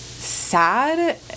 sad